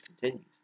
continues